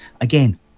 Again